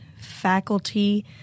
faculty